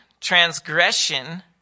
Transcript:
transgression